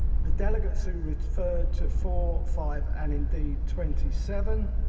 the delegates who referred to four, five and indeed twenty seven,